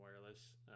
wireless